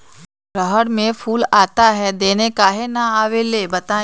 रहर मे फूल आता हैं दने काहे न आबेले बताई?